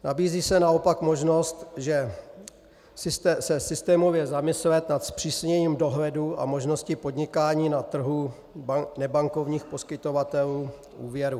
Nabízí se naopak možnost se systémově zamyslet nad zpřísněním dohledu a možnosti podnikání na trhu nebankovních poskytovatelů úvěrů.